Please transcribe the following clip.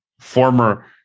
former